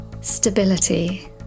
Stability